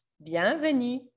bienvenue